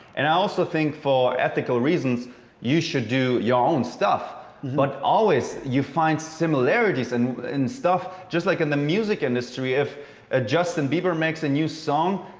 and i also think for ethical reasons you should do your own stuff, but always you find similarities and stuff just like in the music industry. if ah justin bieber makes a new song,